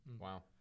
Wow